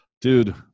dude